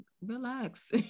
relax